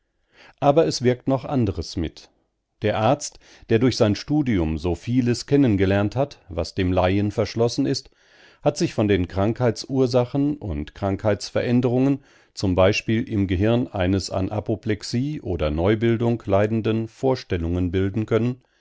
aber es wirkt noch anderes mit der arzt der durch sein studium so vieles kennen gelernt hat was dem laien verschlossen ist hat sich von den krankheitsursachen und krankheitsveränderungen z b im gehirn eines an apoplexie oder neubildung leidenden vorstellungen bilden können